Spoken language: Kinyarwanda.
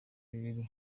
bibiri